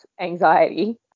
anxiety